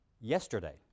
yesterday